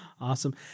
Awesome